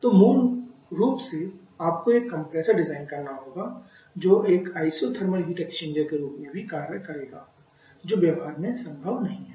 तो मूल रूप से आपको एक कंप्रेसर डिजाइन करना होगा जो एक आइसोथर्मल हीट एक्सचेंजर के रूप में भी कार्य करेगा जो व्यवहार में संभव नहीं है